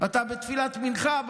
אתה בתפילת מנחה?